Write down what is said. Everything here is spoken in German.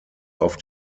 auf